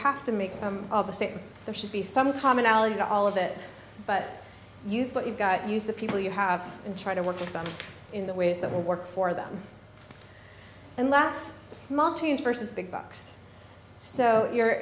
have to make some of the same there should be some commonality to all of that but use but you've got use the people you have and try to work with them in the ways that will work for them and last small teams versus big bucks so you're